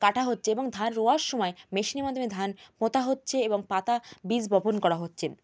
কাটা হচ্ছে এবং ধান রোয়ার সময় মেশিনের মাধ্যমে ধান পোঁতা হচ্ছে এবং পাতা বীজ বপন করা হচ্ছে